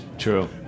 True